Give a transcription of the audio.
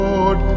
Lord